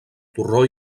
torró